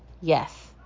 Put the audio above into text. yes